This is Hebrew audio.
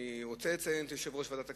אני רוצה לציין את יושב-ראש ועדת הכספים,